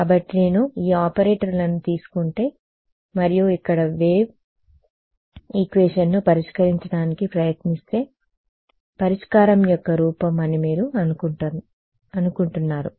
కాబట్టి నేను ఈ ఆపరేటర్లను తీసుకుంటే మరియు ఇక్కడ నుండి వేవ్ ఈక్వేషన్ను పరిష్కరించడానికి ప్రయత్నిస్తే పరిష్కారం యొక్క రూపం అని మీరు అనుకుంటున్నారు